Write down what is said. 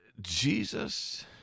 Jesus